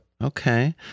Okay